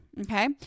Okay